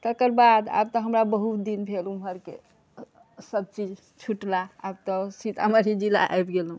तेकर बाद आब तऽ हमर बहुत दिन भेल ओम्हरके सभ चीज छुटला आब तऽ सीतामढ़ी जिला आबि गेलहुॅं